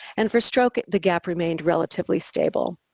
and for stroke the gap remained relatively stable.